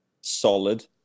solid